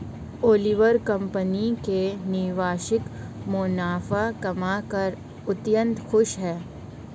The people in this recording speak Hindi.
ओलिवर कंपनी के निवेशक मुनाफा कमाकर अत्यंत खुश हैं